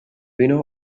winner